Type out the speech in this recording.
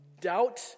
doubt